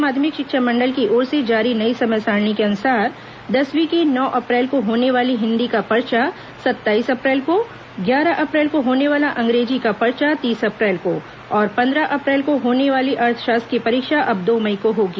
राज्य माध्यमिक शिक्षा मंडल की ओर से जारी नई समय सारिणी के अनुसार दसवीं की नौ अप्रैल को होने वाला हिन्दी का पर्चा सत्ताईस अप्रैल को ग्यारह अप्रैल को होने वाला अंग्रेर्जी का पर्चा तीस अप्रैल को और पंद्रह अप्रैल को होने वाली अर्थशास्त्र की परीक्षा अब दो मई को होगी